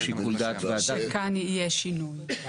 או שיקול דעת ועדה --- שכאן יהיה שינוי.